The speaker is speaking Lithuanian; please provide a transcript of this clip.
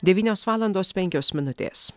devynios valandos penkios minutės